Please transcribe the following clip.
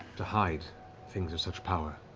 to hide things of such power